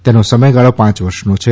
તેનો સમયગાળો પાંચ વર્ષનો છે